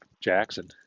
jackson